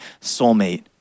soulmate